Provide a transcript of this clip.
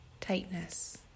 tightness